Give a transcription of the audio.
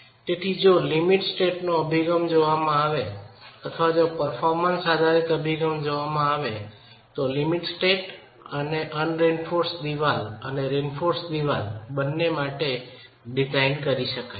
તેથી જો limit state અભિગમને જોવામાં આવે અથવા જો પરફોમનસ આધારિત અભિગમ જોવામાં આવે તો લિમિટ સ્ટેટ અનરેન્ફોર્સમેન્ટ ચણતર અને રેન્ફોર્સમેન્ટ ચણતર બંને માટે ડિઝાઇન કરી શકાય છે